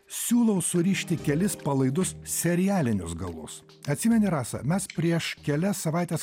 siūlau surišti kelis palaidus serialinius galus atsimeni rasa mes prieš kelias savaites